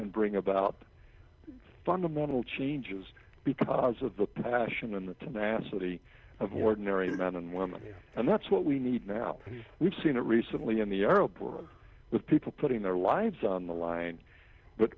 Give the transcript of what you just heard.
and bring about fundamental changes because of the passion and the tenacity of ordinary men and women and that's what we need now as we've seen recently in the arab world with people putting their lives on the line but